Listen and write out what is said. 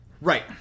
Right